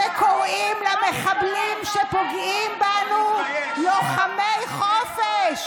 בידיים של מי שקוראים למחבלים שפוגעים בנו "לוחמי חופש"?